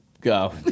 Go